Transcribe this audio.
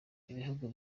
ibihugu